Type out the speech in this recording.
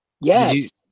Yes